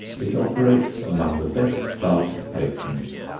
it operates among the best class of patrons.